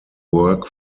work